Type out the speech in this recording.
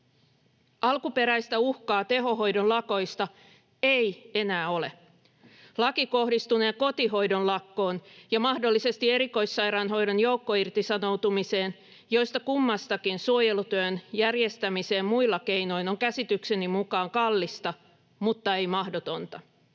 Alkuperäistä uhkaa tehohoidon lakoista ei enää ole. Laki kohdistunee kotihoidon lakkoon ja mahdollisesti erikoissairaanhoidon joukkoirtisanoutumiseen, joista kummassakin suojelutyön järjestäminen muilla keinoin on käsitykseni mukaan kallista, mutta ei mahdotonta.